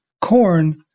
Corn